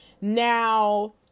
Now